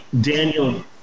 Daniel